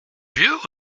vieux